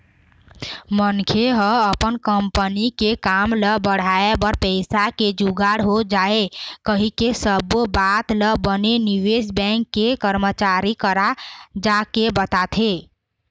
मनखे ह अपन कंपनी के काम ल बढ़ाय बर पइसा के जुगाड़ हो जाय कहिके सब्बो बात ल बने निवेश बेंक के करमचारी करा जाके बताथे